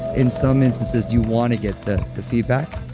in some instances, you want to get the feedback,